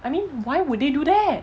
I mean why would they do that